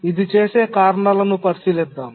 ఇది చేసే కారణాలను పరిశీలిద్దాం